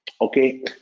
Okay